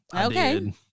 Okay